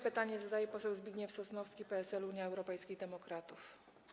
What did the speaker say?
Pytanie zadaje poseł Zbigniew Sosnowski, PSL - Unia Europejskich Demokratów.